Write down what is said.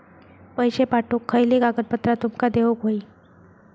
पैशे पाठवुक खयली कागदपत्रा तुमका देऊक व्हयी?